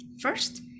first